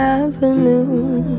avenue